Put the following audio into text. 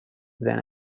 than